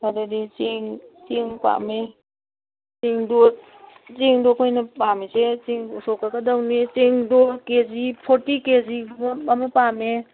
ꯑꯗꯨꯗꯤ ꯆꯦꯡ ꯆꯦꯡ ꯄꯥꯝꯃꯦ ꯆꯦꯡꯗꯣ ꯆꯦꯡꯗꯣ ꯑꯩꯈꯣꯏꯅ ꯄꯥꯝꯃꯤꯁꯦ ꯆꯦꯡ ꯎꯁꯣꯞ ꯀꯠꯀꯗꯕꯅꯤ ꯆꯦꯡꯗꯣ ꯀꯦ ꯖꯤ ꯐꯣꯔꯇꯤ ꯀꯦꯖꯤꯒꯨꯝꯕ ꯑꯃ ꯄꯥꯝꯃꯦ